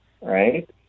right